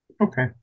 Okay